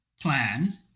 plan